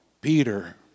Peter